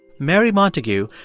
mary montagu,